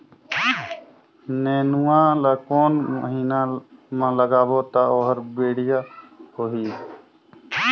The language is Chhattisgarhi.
नेनुआ ला कोन महीना मा लगाबो ता ओहार बेडिया होही?